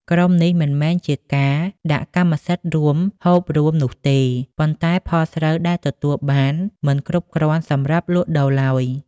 ក្រុមនេះមិនមែនជាការ "ដាក់កម្មសិទ្ធិរួម ហូបរួម" នោះទេ ប៉ុន្តែផលស្រូវដែលទទួលបានមិនគ្រប់គ្រាន់សម្រាប់លក់ដូរឡើយ។